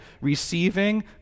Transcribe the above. receiving